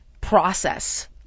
process